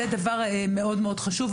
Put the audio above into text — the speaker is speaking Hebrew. זה דבר מאוד חשוב.